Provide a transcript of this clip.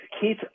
Keith